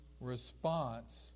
response